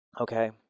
Okay